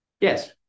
Yes